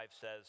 says